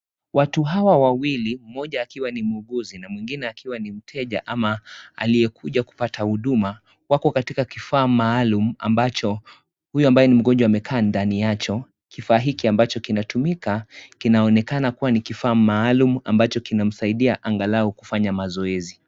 Watu hawa wawili mmoja akiwa muuguzi mwingine akiwa ni mteja ama aliyekuja kupata huduma wako katika kifaa maalum ambacho huyu ambaye ni mgonjwa amekaa ndani yacho kifaa hiki ambacho kinatumika kinaonekana kuwa ni kifaa maalum ambacho kinamsaidia angalau kufanya mazoezi.